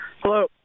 hello